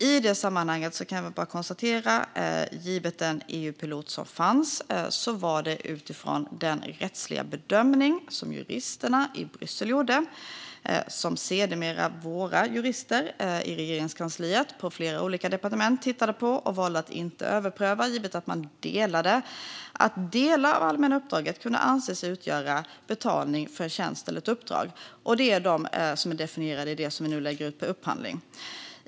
I det sammanhanget kan jag väl bara konstatera följande: Givet den EU-pilot som fanns var det utifrån den rättsliga bedömning som juristerna i Bryssel gjorde - och som sedermera våra jurister i Regeringskansliet, på flera olika departement, tittade på och valde att inte överpröva givet att de delade bedömningen - att delar av det allmänna uppdraget kunde anses utgöra betalning för en tjänst eller ett uppdrag. Det är de delarna som är definierade i det vi nu lägger ut på upphandling.